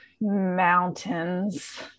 mountains